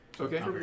Okay